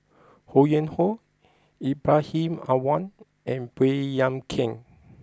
Ho Yuen Hoe Ibrahim Awang and Baey Yam Keng